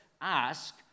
Ask